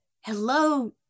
Hello